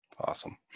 Awesome